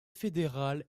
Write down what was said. fédéral